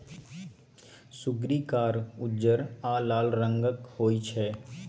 सुग्गरि कार, उज्जर आ लाल रंगक होइ छै